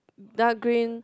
dark green